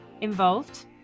involved